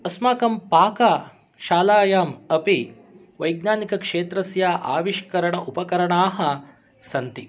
अस्माकं पाकशालायाम् अपि वैज्ञानिकक्षेत्रस्य आविष्करण उपकरणाः सन्ति